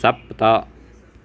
सप्त